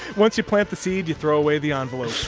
once you plant the seed, you throw away the envelope